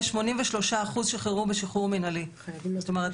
ו-83% שוחררו בשחרור מינהלי זאת אומרת,